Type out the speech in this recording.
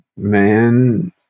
man